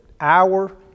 hour